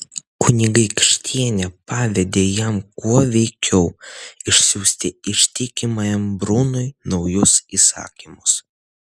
kunigaikštienė pavedė jam kuo veikiau išsiųsti ištikimajam brunui naujus įsakymus